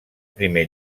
primer